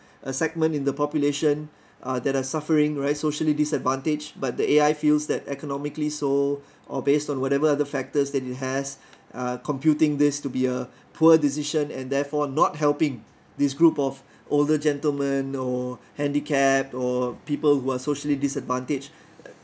a segment in the population uh that are suffering right socially disadvantaged but the A_I feels that economically so or based on whatever other factors that it has uh computing this to be a poor decision and therefore not helping this group of older gentlemen or handicapped or people who are socially disadvantaged